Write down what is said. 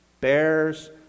bears